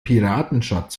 piratenschatz